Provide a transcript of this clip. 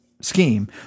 scheme